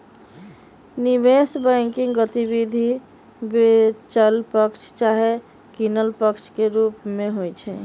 निवेश बैंकिंग गतिविधि बेचल पक्ष चाहे किनल पक्ष के रूप में होइ छइ